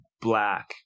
black